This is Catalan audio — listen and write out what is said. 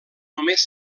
només